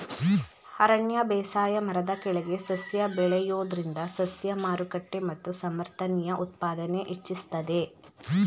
ಅರಣ್ಯ ಬೇಸಾಯ ಮರದ ಕೆಳಗೆ ಸಸ್ಯ ಬೆಳೆಯೋದ್ರಿಂದ ಸಸ್ಯ ಮಾರುಕಟ್ಟೆ ಮತ್ತು ಸಮರ್ಥನೀಯ ಉತ್ಪಾದನೆ ಹೆಚ್ಚಿಸ್ತದೆ